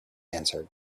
answered